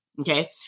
Okay